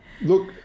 Look